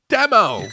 Demo